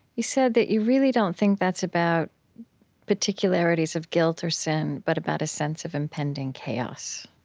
you said that you really don't think that's about particularities of guilt or sin, but about a sense of impending chaos,